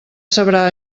sabrà